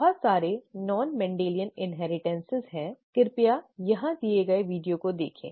बहुत सारे गैर मेन्डेलियन इन्हेरिटन्स हैं कृपया यहां दिए गए वीडियो को देखें